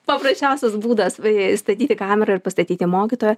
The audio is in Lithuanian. paprasčiausias būdas e statyti kamerą ir pastatyti mokytoją